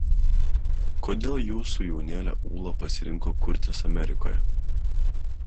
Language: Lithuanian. kodėl jūsų jaunėlė ūla pasirinko kurtis amerikoje